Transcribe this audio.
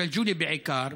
בג'לג'וליה בעיקר,